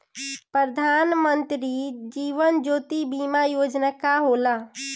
प्रधानमंत्री जीवन ज्योति बीमा योजना का होला?